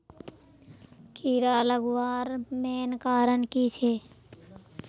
कीड़ा लगवार मेन कारण की छे?